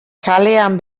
kalean